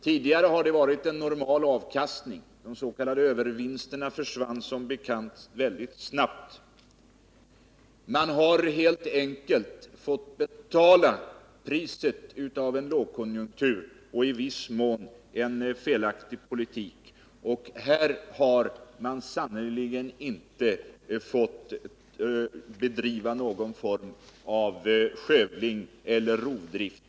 Tidigare hade man en normal avkastning, men de s.k. övervinsterna försvann som bekant väldigt snabbt. Man har helt enkelt fått betala priset av en lågkonjunktur och i viss mån också av en felaktig politik. Här har det sannerligen inte handlat om att man bedrivit någon form av skövling eller rovdrift.